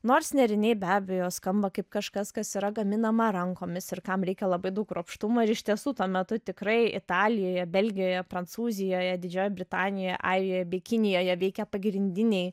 nors nėriniai be abejo skamba kaip kažkas kas yra gaminama rankomis ir kam reikia labai daug kruopštumo ir iš tiesų tuo metu tikrai italijoje belgijoje prancūzijoje didžiojoj britanijoje airijoje bei kinijoje veikė pagrindiniai